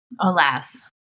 Alas